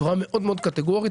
בצורה מאוד מאוד קטגורית.